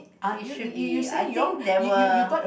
it's should be I think there were